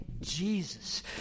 Jesus